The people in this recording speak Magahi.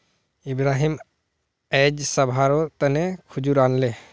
इब्राहिम अयेज सभारो तने खजूर आनले